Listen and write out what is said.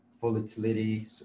volatility